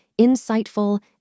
insightful